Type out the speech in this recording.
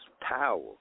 power